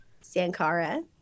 Sankara